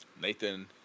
Nathan